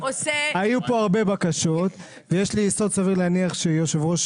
היו פה הרבה בקשות ויש לי יסוד סביר להניח שיושב ראש